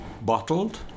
bottled